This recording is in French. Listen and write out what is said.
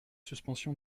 suspension